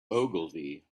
ogilvy